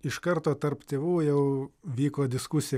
iš karto tarp tėvų jau vyko diskusija